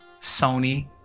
Sony